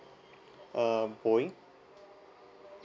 uh boeing